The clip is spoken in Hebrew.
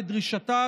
לדרישתה,